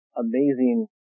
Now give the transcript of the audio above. amazing